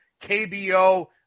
KBO